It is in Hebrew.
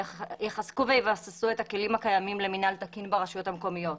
יחזקו ויבססו את הכלים הקיימים למנהל תקין ברשויות המקומיות.